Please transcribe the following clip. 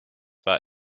war